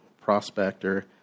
prospector